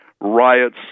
riots